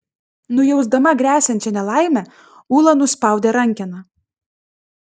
nujausdama gresiančią nelaimę ula nuspaudė rankeną